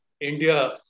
India